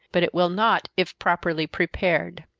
but it will not, if properly prepared.